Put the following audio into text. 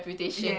kan